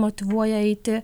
motyvuoja eiti